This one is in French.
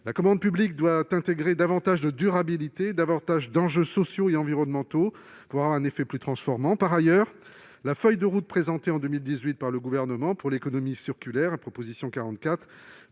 La commande publique doit intégrer davantage de durabilité, davantage d'enjeux sociaux et environnementaux, pour avoir un effet plus transformant. Par ailleurs, la feuille de route présentée en 2018 par le Gouvernement pour l'économie circulaire- il s'agit de